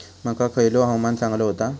मको खयल्या हवामानात चांगलो होता?